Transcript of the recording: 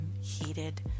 Heated